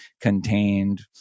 contained